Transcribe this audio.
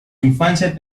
infancia